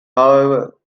however